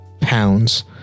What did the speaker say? pounds